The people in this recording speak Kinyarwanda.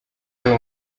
ari